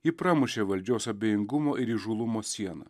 ji pramušė valdžios abejingumo ir įžūlumo sieną